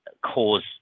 cause